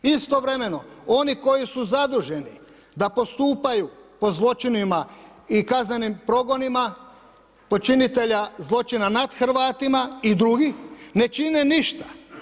Istovremeno oni koji su zaduženi da postupaju po zločinima i kaznenim progonima počinitelja zločina nad Hrvatima i drugi, ne čine ništa.